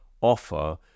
offer